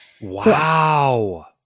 Wow